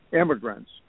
immigrants